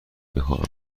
میخواهم